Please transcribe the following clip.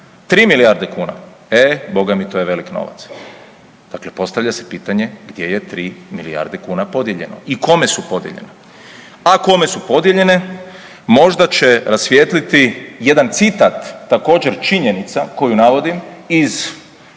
3 milijarde kuna, e Boga mi to je velik novac, dakle postavlja se pitanje gdje je 3 milijarde kuna podijeljeno i kome su podijeljena? A kome su podijeljene možda će rasvijetliti jedan citat također činjenica koju navodim iz